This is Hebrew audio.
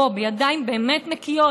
בידיים באמת נקיות,